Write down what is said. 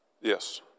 Yes